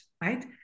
right